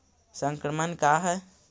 संक्रमण का है?